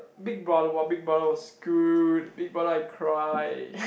big-brother !wah! big-brother was good big-brother I cry